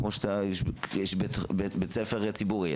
כמו שיש בית ספר ציבורי,